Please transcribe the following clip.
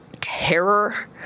terror